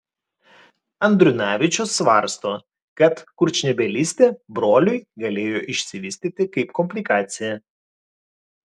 andriunavičius svarsto kad kurčnebylystė broliui galėjo išsivystyti kaip komplikacija